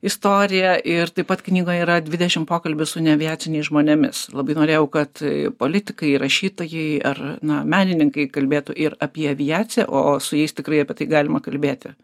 istorija ir taip pat knygoje yra dvidešim pokalbių su neaviaciniais žmonėmis labai norėjau kad politikai rašytojai ar na menininkai kalbėtų ir apie aviaciją o su jais tikrai apie tai galima kalbėti